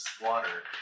water